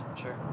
sure